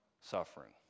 suffering